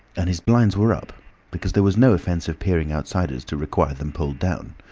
and his blinds were up because there was no offence of peering outsiders to require them pulled down.